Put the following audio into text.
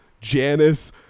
Janice